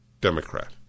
Democrat